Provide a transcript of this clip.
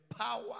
power